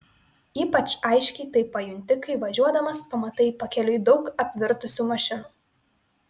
ypač aiškiai tai pajunti kai važiuodamas pamatai pakeliui daug apvirtusių mašinų